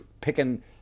Picking